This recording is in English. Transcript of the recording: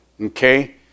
Okay